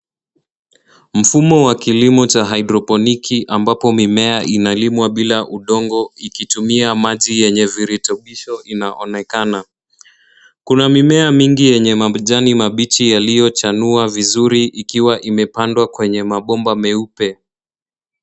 Mfumo wa kilimo cha hidroponiki ambapo mimea inalimwa bila udongo ikitumia maji yenye virutubisho inaonekana. Kuna mimea mingi yenye majani mabichi yaliochanua vizuri ikiwa imepanda kwenye mabomba meupe.